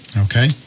Okay